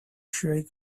shriek